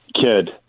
kid